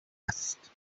است